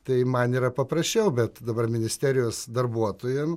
tai man yra paprasčiau bet dabar ministerijos darbuotojam